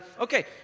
Okay